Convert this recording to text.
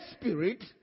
spirit